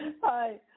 Hi